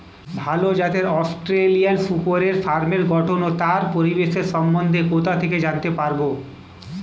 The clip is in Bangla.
ভাল জাতের অস্ট্রেলিয়ান শূকরের ফার্মের গঠন ও তার পরিবেশের সম্বন্ধে কোথা থেকে জানতে পারবো?